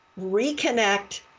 reconnect